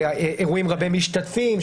אירועים רבי משתתפים,